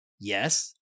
Yes